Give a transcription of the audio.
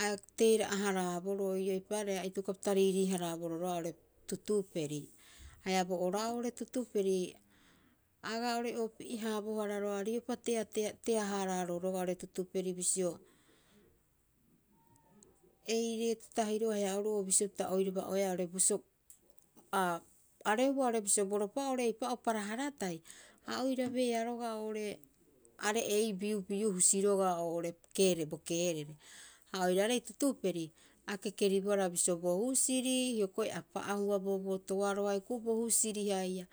A teera'a haraaboro ii'oo eipaareha a itokopapita riirii- haraaboro roga'a oo'ore tutuperi. Haia bo ora'oo oo'ore tutuperi a aga ore'oopie haabohara rogaa riopa teatea hararo roga'a oo'ore tutuperi bisio ei reetotahi ro'oo haia oru'oo bisio pita oiraba oeaa bo suku'u. Aa, arehua oo'ore bisio boropa'oo oo'ore eipa'oo parahara tahi a oirabeea roga'a oo'ore are'ei biubiu husi roga'a oo'ore keerere bo keerere. Ha oiraarei tutuperi a kekeribohara bisio bo husiri hioko'i a pa'ahua boobootoaroa hioko'i bo husiri haia.